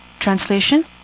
Translation